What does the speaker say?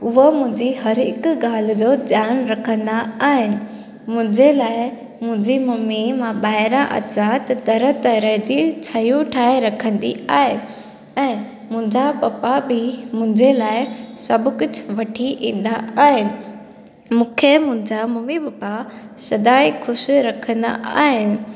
उहो मुंहिंजी हर हिकु ॻाल्हि जो ध्यानु रखंदा आहिनि मुंहिंजे लाइ मुंहिंजी मम्मी मां ॿाहिरां अचा त तरह तरह जी शयूं ठाहे रखंदी आहे ऐं मुंहिंजा पप्पा बि मुंहिंजे लाइ सभु कुझु वठी ईंदा आहे मूंखे मुंहिंजा मम्मी पप्पा सदाई ख़ुशि रखंदा आहिनि